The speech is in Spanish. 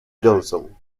johnson